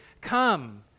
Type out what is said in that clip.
come